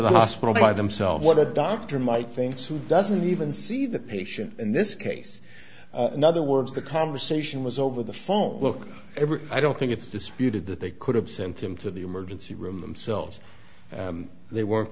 the hospital by themselves what the doctor might things who doesn't even see the patient in this case in other words the conversation was over the phone look every i don't think it's disputed that they could have sent him to the emergency room themselves they were